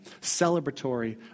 celebratory